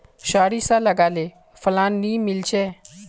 सारिसा लगाले फलान नि मीलचे?